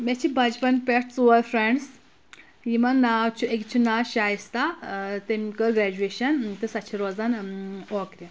مےٚ چھِ بچپَن پؠٹھ ژور فرٛؠنٛڈٕس یِمَن ناو چھُ أکِس چھِ ناو شایِستا تٔمۍ کٔر گرِیٚجوَیشَن تہٕ سۄ چھِ روزان اُوکرِ